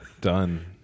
Done